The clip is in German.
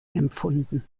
empfunden